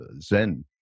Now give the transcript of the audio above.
Zen